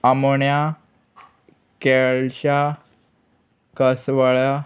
आमोण्या केळशा कसवळा